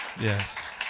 Yes